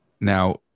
Now